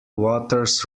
waters